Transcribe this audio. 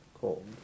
Cold